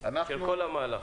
של כל המהלך.